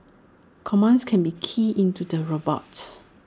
commands can be keyed into the robot